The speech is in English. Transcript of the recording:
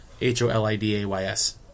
H-O-L-I-D-A-Y-S